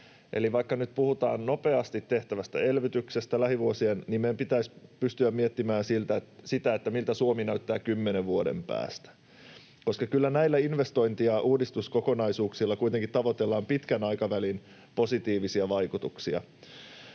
Eli vaikka nyt puhutaan nopeasti tehtävästä lähivuosien elvytyksestä, niin meidän pitäisi pystyä miettimään sitä, miltä Suomi näyttää kymmenen vuoden päästä, koska kyllä näillä investointi- ja uudistuskokonaisuuksilla kuitenkin tavoitellaan pitkän aikavälin positiivisia vaikutuksia.